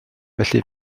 felly